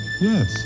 Yes